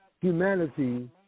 humanity